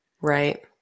Right